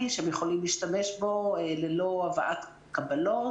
שהם יכולים להשתמש בו ללא הבאת קבלות,